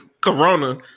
Corona